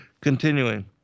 continuing